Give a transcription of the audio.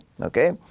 Okay